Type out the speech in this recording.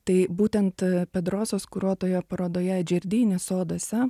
tai būtent pedrosos kuruotoje parodoje džerdini soduose